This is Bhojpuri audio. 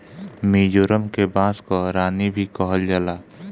मिजोरम के बांस कअ रानी भी कहल जाला